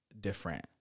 different